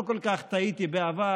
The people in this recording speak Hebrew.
לא כל כך טעיתי בעבר,